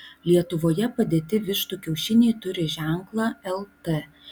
lietuvoje padėti vištų kiaušiniai turi ženklą lt